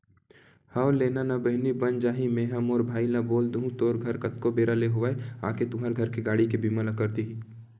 हव लेना ना बहिनी बन जाही मेंहा मोर भाई ल बोल दुहूँ तोर घर कतको बेरा ले होवय आके तुंहर घर के गाड़ी के बीमा ल कर दिही